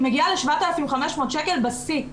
היא מגיעה ל-7,500 שקל בשיא.